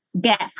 gap